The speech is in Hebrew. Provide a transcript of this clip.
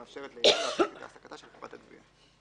המאפשרת לעירייה להפסיק את העסקתה של חברת הגבייה".